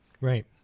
Right